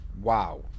wow